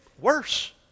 worse